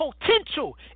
potential